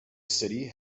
city